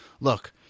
look